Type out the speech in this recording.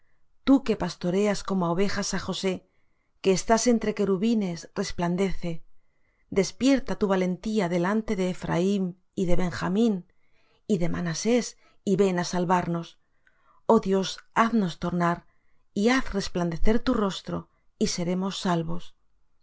tú que pastoreas como á ovejas á josé que estás entre querubines resplandece despierta tu valentía delante de ephraim y de benjamín y de manasés y ven á salvarnos oh dios haznos tornar y haz resplandecer tu rostro y seremos salvos